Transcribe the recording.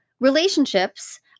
relationships